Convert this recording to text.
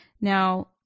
Now